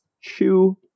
chew